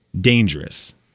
Dangerous